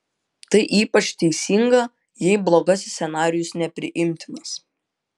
tai ypač teisinga jei blogasis scenarijus nepriimtinas